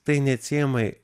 tai neatsiejamai